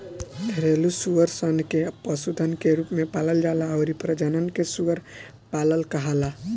घरेलु सूअर सन के पशुधन के रूप में पालल जाला अउरी प्रजनन के सूअर पालन कहाला